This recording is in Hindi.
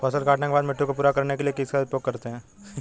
फसल काटने के बाद मिट्टी को पूरा करने के लिए किसका उपयोग करते हैं?